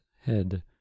head